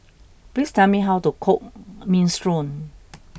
please tell me how to cook Minestrone